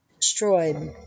destroyed